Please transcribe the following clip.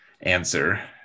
answer